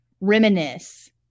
reminisce